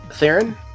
Theron